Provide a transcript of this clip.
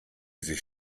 sich